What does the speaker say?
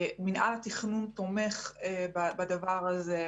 מנהל התכנון תומך בדבר הזה.